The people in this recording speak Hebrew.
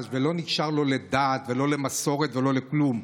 והוא לא נקשר לא לדת ולא למסורת ולא לכלום.